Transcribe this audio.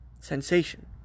Sensation